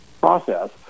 process